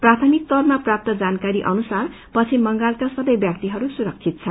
प्राथमिक तौरमा प्राप्त जानकारी अनुसार पश्विम बंगालका सबै व्याक्तिहरू सुरक्षित छन्